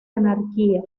anarquía